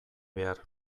behar